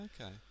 okay